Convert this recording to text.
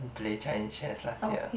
play Chinese chess last year